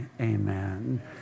amen